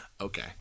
Okay